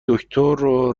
دکتر